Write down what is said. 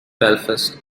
belfast